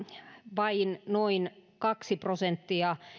vain noin kaksi prosenttia